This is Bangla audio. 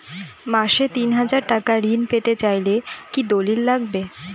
মাসে তিন হাজার টাকা ঋণ পেতে চাইলে কি দলিল লাগবে?